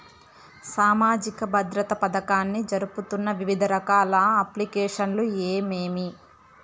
సామాజిక భద్రత పథకాన్ని జరుపుతున్న వివిధ రకాల అప్లికేషన్లు ఏమేమి?